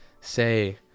say